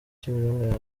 kimironko